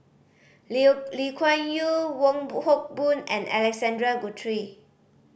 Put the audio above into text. Liu Lee Kuan Yew Wong Hock Boon and Alexander Guthrie